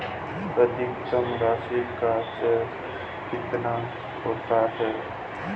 अधिकतम राशि का चेक कितना होता है?